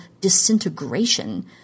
disintegration